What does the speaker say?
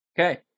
Okay